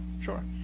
Sure